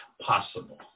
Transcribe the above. possible